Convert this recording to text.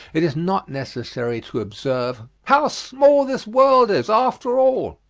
it is not necessary to observe how small this world is after all!